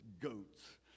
goats